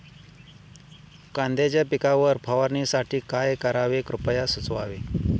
कांद्यांच्या पिकावर फवारणीसाठी काय करावे कृपया सुचवावे